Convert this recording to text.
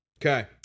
Okay